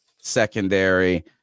secondary